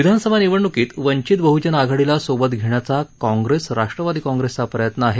विधानसभा निवडण्कीत वंचित बहजन आघाडीला सोबत घेण्याचा काँग्रेस राष्ट्रवादी काँग्रेसचा प्रयत्न आहे